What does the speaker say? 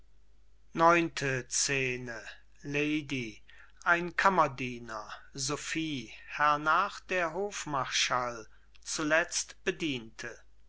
neunte scene lady ein kammerdiener sophie hernach der hofmarschall zuletzt bedienter